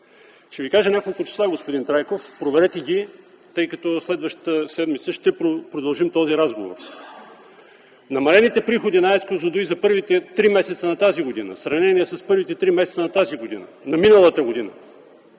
Ще Ви кажа няколко числа, господин Трайков. Проверете ги, тъй като следващата седмица ще продължим този разговор. Намалените приходи на АЕЦ „Козлодуй” за първите три месеца на тази година в сравнение с първите три месеца на миналата година